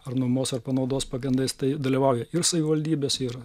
ar nuomos ar panaudos pagrindais tai dalyvauja ir savivaldybės ir